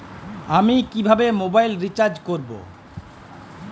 আমি কিভাবে mobile recharge করব?